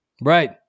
Right